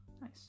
Nice